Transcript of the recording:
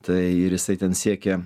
tai ir jisai ten siekė